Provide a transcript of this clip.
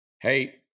Hey